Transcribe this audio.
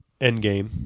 Endgame